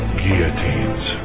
guillotines